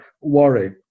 worry